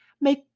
make